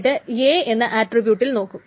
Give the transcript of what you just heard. എന്നിട്ട് A എന്ന ആട്രിബ്യൂട്ടിൽ നോക്കും